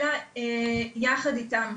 אלא יחד איתם.